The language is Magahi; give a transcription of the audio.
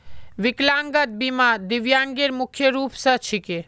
विकलांगता बीमा दिव्यांगेर मुख्य रूप स छिके